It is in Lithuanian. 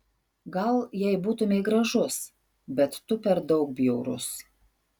gal jei būtumei gražus bet tu per daug bjaurus